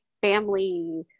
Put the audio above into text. family